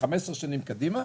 15 שנים קדימה,